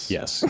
Yes